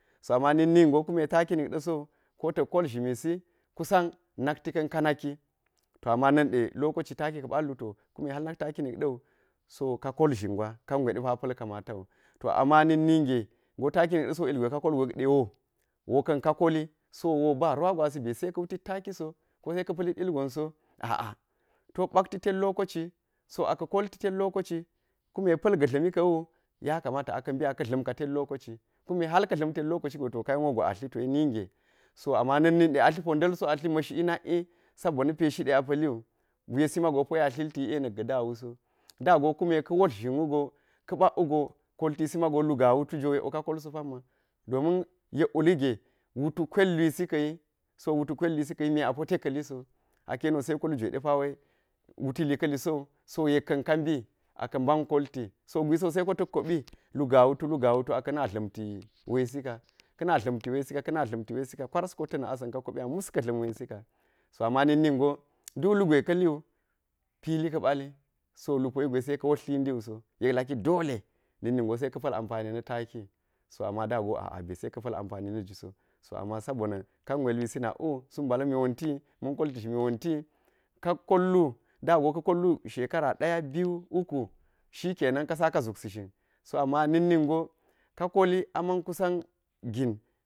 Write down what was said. So ama na̱k ningo kume taki nik ɗa̱so ko ta̱k kol zhimisi kusan nakti ka̱n ka naki to ama na̱n ɗe lokoci taki ka̱ ballu to kume nak taki nik ɗa̱wu to ka kol zhingwa kingwe depa pa̱l kamatawu. To ama na̱k ninge ku me taki nik ɗa̱ so ilgwe ka kolgo yek de woo woo ka̱n ka koli, so woo baru wa gwasi be se ka̱ wuti taki so koso ka̱ pa̱lid ilgonso a'a to bakti ten lokoci so aka koltiten lokoci kume pa̱l ga̱ dla̱mi ka̱wu yakamata a ka̱mbi a dla̱m ka ten lokoci kuma hal ka̱ dla̱m ten lokoci go to kayen woo gwa a tli tenninge so ama na̱k ninɗe atli po nda̱lso atli ma̱sh'i nak'i sabo na peshi de a pa̱llwu wesi mago po ya hilti l'e na̱k ga̱ da wuso. Da go kuma ka̱ wotl chin wugo koltisimago lu ga wutu ja ka kolse pamma domi yekrige wutu kwel lwisi kayii so wutu kwel lwisi so me apote ka̱ li so a ka̱ yeniwo se ko lujwe depawe wuti li. Ka̱li so wu so yekka̱n kambi so yek ka̱n kambi aka̱ man kolti so gwisi wo se ko ta̱k to ɓi lu gaa wutu lu gaa tutu aka̱ na dla̱mti we sika ka̱ na dlamti wesika, ka̱na dla̱mti wesika ka̱na dla̱mti wesika ka̱na dlamti wesika kwaras kota̱ na̱ asa̱n kakoɓi a mus ka̱ dla̱m we sika, so ama na̱k ningo duk klugwe ka̱li pili ka ɓali, so lu po yi gwe se ka wotl tlindiwuso yek laki dole na̱k nin gose ka̱ pa̱l ampani na̱ taki so ama da go a'a bese ka̱ pa̱l ampani na juso so ama sobo na̱ kangwe lusi nakwu suk mbala̱mi wonti yi ma̱n kolti zhimi wonti yi ka kollu da go ka kollu shekara daya, biyu uku shikenan ka saka zopsi zhin so ama na̱k ningo ka koli amen kusan gin.